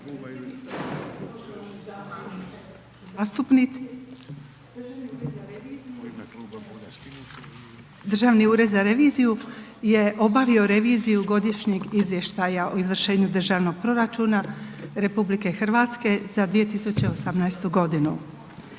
raspravu o: - Prijedlog godišnjeg izvještaja o izvršenju Državnog proračuna Republike Hrvatske za 2018. godinu